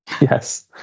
Yes